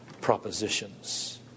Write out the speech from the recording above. propositions